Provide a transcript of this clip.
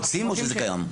רוצים או שזה קיים?